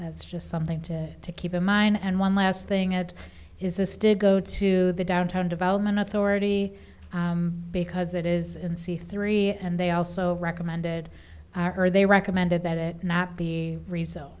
that's just something to keep in mind and one last thing it is this did go to the downtown development authority because it is in c three and they also recommended or they recommended that it not be res